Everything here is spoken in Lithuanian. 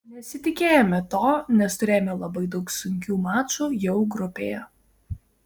nesitikėjome to nes turėjome labai daug sunkių mačų jau grupėje